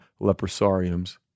leprosariums